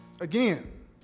again